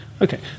Okay